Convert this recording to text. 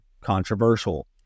controversial